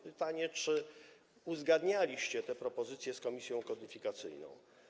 Pytanie, czy uzgadnialiście te propozycje z komisją kodyfikacyjną.